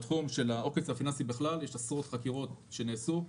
בתחום של העוקץ הפיננסי בכלל עשרות חקירות נעשו.